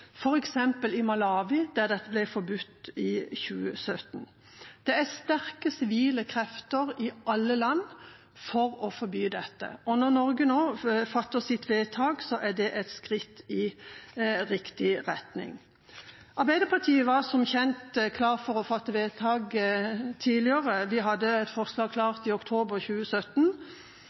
i Malawi, der dette ble forbudt i 2017. Det er sterke sivile krefter i alle land for å forby dette. Når Norge nå fatter sitt vedtak, er det et skritt i riktig retning. Arbeiderpartiet var som kjent klar for å fatte vedtak tidligere. Vi hadde et forslag klart i oktober 2017,